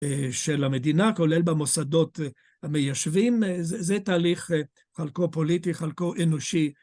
של המדינה כולל במוסדות המיישבים, זה תהליך חלקו פוליטי, חלקו אנושי.